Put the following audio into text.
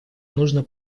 нужно